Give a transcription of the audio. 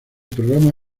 programa